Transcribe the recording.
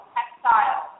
Textile